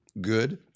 good